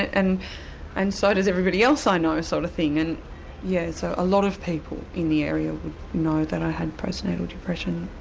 and and so does everybody else i know, sort of thing. and yeah, so a lot of people in the area would know that i had postnatal depression.